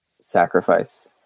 sacrifice